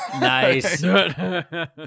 Nice